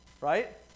Right